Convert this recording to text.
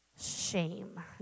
shame